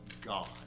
God